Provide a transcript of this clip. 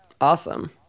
awesome